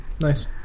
Nice